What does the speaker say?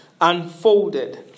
unfolded